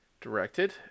directed